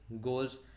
goals